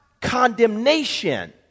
condemnation